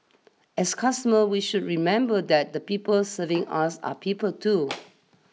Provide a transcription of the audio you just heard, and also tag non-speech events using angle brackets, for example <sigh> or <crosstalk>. as customers we should remember that the people serving us are people too <noise>